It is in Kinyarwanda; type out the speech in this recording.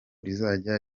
rizajya